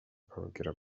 akababwira